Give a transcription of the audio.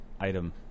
item